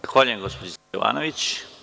Zahvaljujem gospođici Jovanović.